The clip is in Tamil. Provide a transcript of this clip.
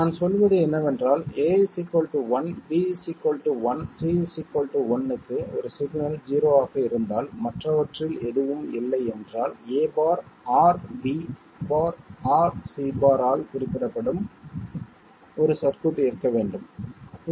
நாம் சொல்வது என்னவென்றால் a 1 b 1 c 1 க்கு ஒரு சிக்னல் 0 ஆக இருந்தால் மற்றவற்றில் எதுவும் இல்லை என்றால் a OR bOR c ஆல் குறிப்பிடப்படும் ஒரு சர்க்யூட் இருக்க முடியும்